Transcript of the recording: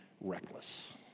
reckless